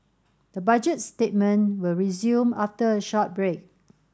the Budget statement will resume after a short break